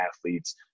athletes